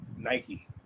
Nike